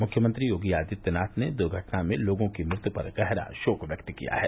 मुख्यमंत्री योगी आदित्यनाथ ने दुर्घटना में लोगों की मृत्यु पर गहरा शोक व्यक्त किया है